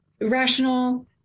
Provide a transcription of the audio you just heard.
rational